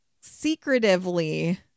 secretively